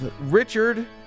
Richard